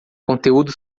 conteúdo